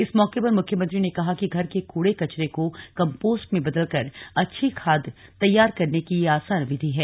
इस मौके पर मुख्यमंत्री ने कहा कि घर के कूड़े कचरे को कम्पोस्ट में बदलकर अच्छी खाद तैयार करने की यह आसान विधि है